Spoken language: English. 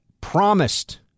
promised